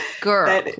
girl